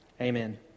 Amen